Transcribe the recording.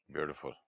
Beautiful